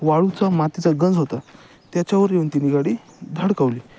वाळूचा मातीचा गंज होता त्याच्यावर येऊन तिनी गाडी धडकावली